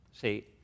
See